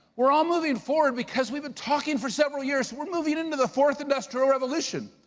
we're all moving forward because we've been talking for several years, we're moving into the fourth industrial revolution.